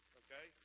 okay